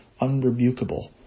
unrebukable